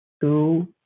two